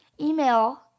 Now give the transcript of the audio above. email